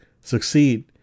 succeed